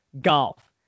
Golf